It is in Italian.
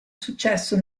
successo